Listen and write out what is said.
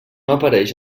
apareix